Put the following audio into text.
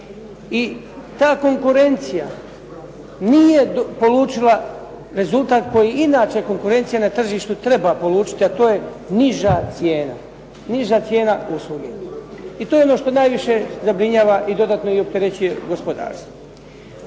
I ta konkurencija nije polučila rezultat koji inače konkurencija na tržištu treba polučiti, a to je niža cijena usluge. I to je ono što najviše zabrinjava i dodatno opterećuje gospodarstvo.